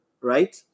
right